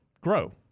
grow